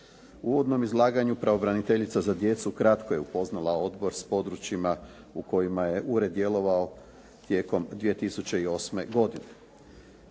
uvodnom izlaganju pravobraniteljica za djecu kratko je upoznala odbor s područjima u kojima je ured djelovao tijekom 2008. godine.